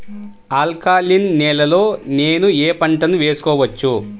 Alkaline నేలలో నేనూ ఏ పంటను వేసుకోవచ్చు?